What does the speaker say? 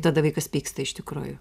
tada vaikas pyksta iš tikrųjų